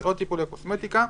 נכון, לא טיפולי קוסמטיקה.